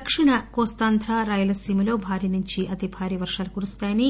దక్షిణ కోస్తాంధ్ర రాయలసీమలో భారీ నుంచి అతి భారీ వర్షం కురవవచ్చని